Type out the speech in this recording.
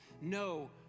No